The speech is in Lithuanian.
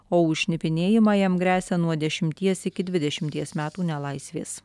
o už šnipinėjimą jam gresia nuo dešimties iki dvidešimties metų nelaisvės